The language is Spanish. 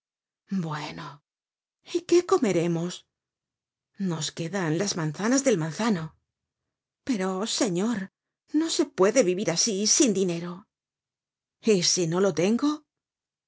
bueno y qué comeremos nos quedan las manzanas del manzano pero señor no se puede vivir asi sin dinero y si no lo tengo